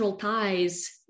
ties